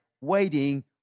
waiting